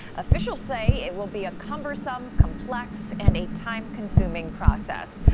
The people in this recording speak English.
officials say it will be a cumbersome complex and a time consuming process.